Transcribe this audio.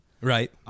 Right